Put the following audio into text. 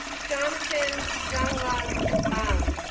jonathan xianglong meng